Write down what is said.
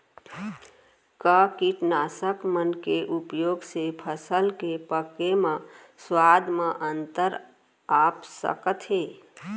का कीटनाशक मन के उपयोग से फसल के पके म स्वाद म अंतर आप सकत हे?